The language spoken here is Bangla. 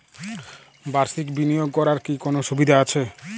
বাষির্ক বিনিয়োগ করার কি কোনো সুবিধা আছে?